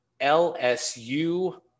LSU